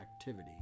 activity